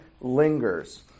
lingers